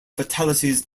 fatalities